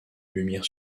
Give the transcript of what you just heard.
lumière